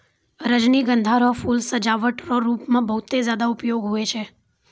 रजनीगंधा रो फूल सजावट रो रूप मे बहुते ज्यादा उपयोग हुवै छै